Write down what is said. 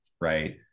right